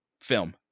film